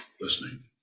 listening